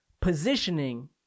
positioning